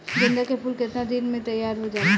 गेंदा के फूल केतना दिन में तइयार हो जाला?